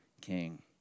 king